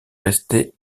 restés